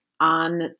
on